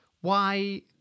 why-